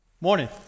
Morning